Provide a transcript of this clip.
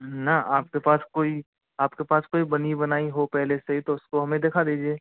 ना आपके पास कोई आपके पास कोई बनी बनाई हो पहले से ही तो उसको हमें दिखा दीजिए